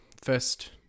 first